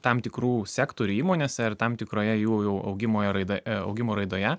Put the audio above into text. tam tikrų sektorių įmonėse ir tam tikroje jų jau augimo raida augimo raidoje